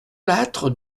lattre